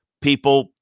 people –